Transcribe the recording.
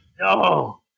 No